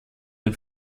den